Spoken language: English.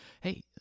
hey